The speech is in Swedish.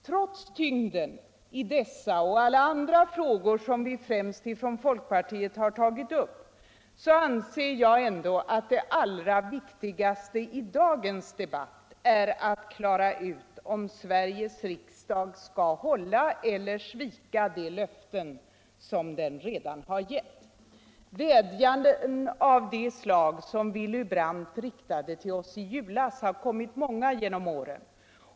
Trots tyngden i dessa och alla andra frågor som vi från främst folkpartiet tagit upp anser jag ändå att det allra viktigaste i dagens debatt är att klara ut om Sveriges riksdag skall hålla eller svika de löften den redan gett. Vädjanden av det slag Willy Brandt riktade till oss i julas har det kommit många genom åren.